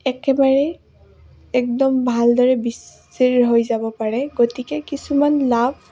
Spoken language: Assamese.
একেবাৰে একদম ভালদৰে বিস্চিৰ হৈ যাব পাৰে গতিকে কিছুমান লাভ